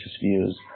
views